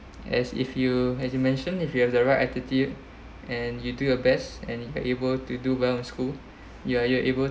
as if you as you mention if you have the right attitude and you do your best and able to do well in school you are you able